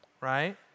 right